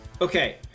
Okay